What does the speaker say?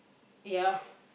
ya